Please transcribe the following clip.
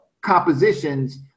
compositions